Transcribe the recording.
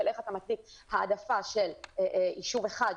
איך אתה מציג העדפה של ישוב אחד,